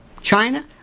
China